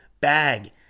bag